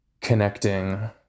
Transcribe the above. connecting